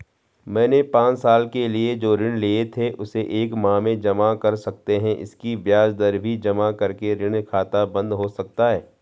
मैंने पांच साल के लिए जो ऋण लिए थे उसे एक माह में जमा कर सकते हैं इसकी ब्याज दर भी जमा करके ऋण खाता बन्द हो सकता है?